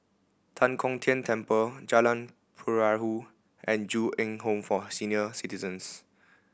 Tan Kong Tian Temple Jalan Perahu and Ju Eng Home for Senior Citizens